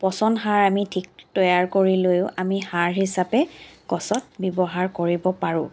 পচন সাৰ আমি ঠিক কৰি লৈও আমি সাৰ হিচাপেও গছত ব্যৱহাৰ কৰিব পাৰোঁ